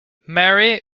mari